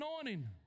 anointing